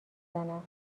بزنم